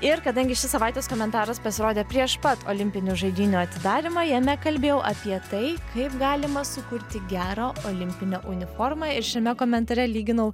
ir kadangi šis savaitės komentaras pasirodė prieš pat olimpinių žaidynių atidarymą jame kalbėjau apie tai kaip galima sukurti gerą olimpinę uniformą ir šiame komentare lyginau